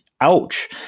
ouch